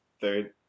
third